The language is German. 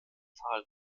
tal